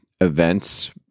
events